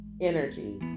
energy